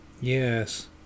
yes